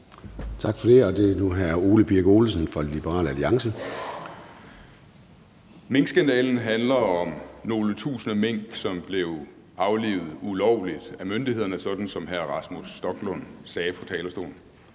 Tak for det. Og det er nu hr. Ole Birk Olesen fra Liberal Alliance. Kl. 13:13 Ole Birk Olesen (LA): Minkskandalen handler om nogle tusinde mink, som blev aflivet ulovligt af myndighederne, sådan som hr. Rasmus Stoklund sagde på talerstolen.